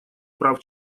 прав